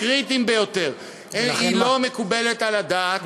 הקריטיים ביותר, היא לא מקובלת על הדעת.